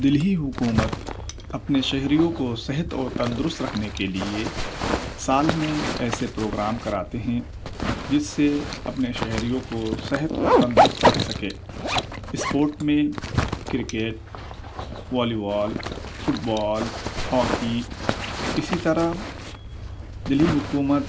دلہی حکومت اپنے شہریوں کو صحت و تندرست رکھنے کے لیے سال میں ایسے پروگرام کراتے ہیں جس سے اپنے شہریوں کو صحت اور تندرست رکھ سکے اسپورٹ میں کرکٹ والی وال فٹ بال ہاکی اسی طرح دلی حکومت